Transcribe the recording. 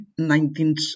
19th